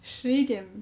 十一点